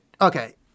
okay